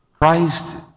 Christ